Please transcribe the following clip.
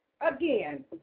Again